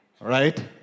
Right